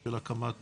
של הקמת